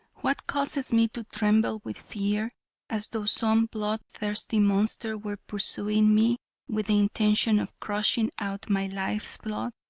what causes me to tremble with fear as though some blood thirsty monster were pursuing me with the intention of crushing out my life's blood?